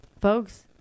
folks